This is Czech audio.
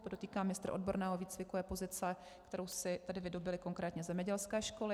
Podotýkám, mistr odborného výcviku je pozice, kterou si tedy vydobyly konkrétně zemědělské školy.